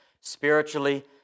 spiritually